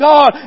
God